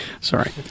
Sorry